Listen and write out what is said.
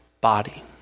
body